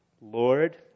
Lord